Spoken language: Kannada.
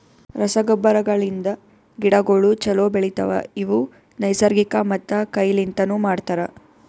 ರಸಗೊಬ್ಬರಗಳಿಂದ್ ಗಿಡಗೋಳು ಛಲೋ ಬೆಳಿತವ, ಇವು ನೈಸರ್ಗಿಕ ಮತ್ತ ಕೈ ಲಿಂತನು ಮಾಡ್ತರ